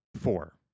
Four